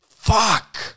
fuck